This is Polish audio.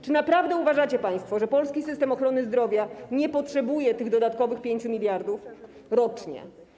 Czy naprawdę uważacie państwo, że polski system ochrony zdrowia nie potrzebuje tych dodatkowych 5 mld rocznie?